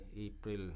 April